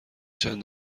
چند